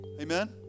Amen